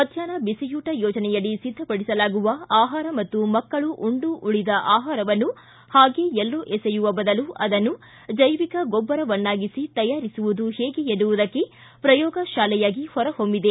ಮಧ್ಯಾಪ್ನ ಬಿಸಿಯೂಟ ಯೋಜನೆಯಡಿ ಸಿದ್ದಪಡಿಸಲಾಗುವ ಆಹಾರ ಮತ್ತು ಮಕ್ಕಳು ಉಂಡು ಉಳಿದ ಆಹಾರವನ್ನು ಹಾಗೆ ಎಲ್ಲೋ ಎಸೆಯುವ ಬದಲು ಅದನ್ನು ಜೈವಿಕ ಗೊಬ್ಬರವನ್ನಾಗಿಸಿ ತಯಾರಿಸುವುದು ಹೇಗೆ ಎನ್ನುವುದಕ್ಕೆ ಪ್ರಯೋಗ ಶಾಲೆಯಾಗಿ ಹೊರ ಹೊಮ್ಮಿದೆ